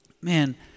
man